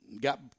got